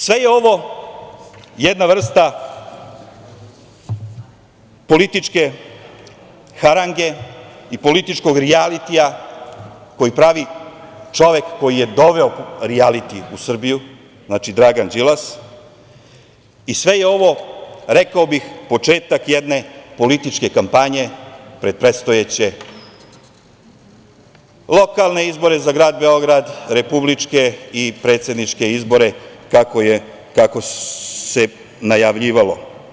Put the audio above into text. Sve je ovo jedna vrsta političke harange i političkog rijalitija koji pravi čovek koji je doveo rijaliti u Srbiju, znači Dragan Đilas i sve je ovo, rekao bih, početak jedne političke kampanje pred predstojaće lokalne izbore za grad Beograd, republičke i predsedničke izbore, kako se najavljivalo.